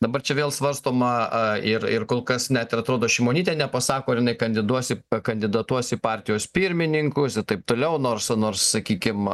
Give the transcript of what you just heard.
dabar čia vėl svarstoma a ir ir kol kas net ir atrodo šimonytė nepasako ar jinai kandiduos į kandidatuos į partijos pirmininkus ir taip toliau nors nors sakykim